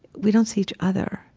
we don't see each other.